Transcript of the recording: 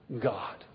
God